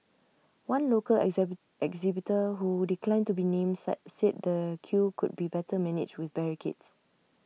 one local exhibit exhibitor who declined to be named sad said the queue could be better managed with barricades